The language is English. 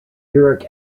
uric